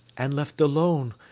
and left alone,